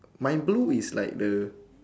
my blue is like the